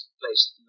placed